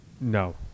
No